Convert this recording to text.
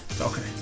okay